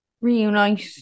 reunite